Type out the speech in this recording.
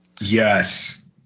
Yes